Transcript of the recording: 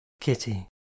Kitty